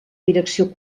direcció